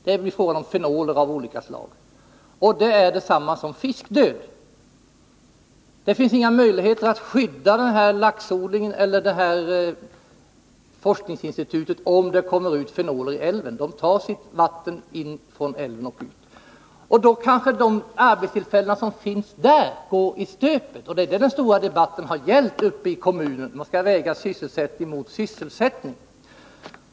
Det är fråga om fenoler av olika slag. Det är detsamma som fiskdöd. Det finns inga möjligheter att skydda laxodlingen eller forskningsinstitutet, om det kommer ut fenoler i älven. Då kanske de arbetstillfällen som finns där går i stöpet, och det är detta som den stora debatten har gällt i kommunen — man skall väga sysselsättning mot sysselsättning.